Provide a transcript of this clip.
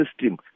system